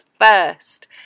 first